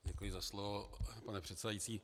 Děkuji za slovo, pane předsedající.